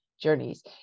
journeys